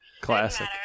classic